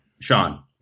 Sean